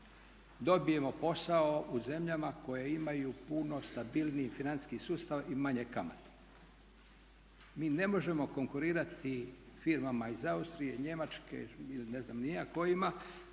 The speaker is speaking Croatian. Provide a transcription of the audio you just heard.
dobijemo posao u zemljama koje imaju puno stabilniji financijski sustav i manje kamate, mi ne možemo konkurirati firmama iz Austrije, Njemačke ili ne znam